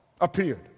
appeared